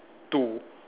two